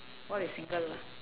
what is single law